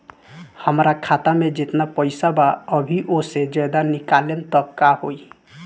हमरा खाता मे जेतना पईसा बा अभीओसे ज्यादा निकालेम त का होई?